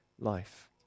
life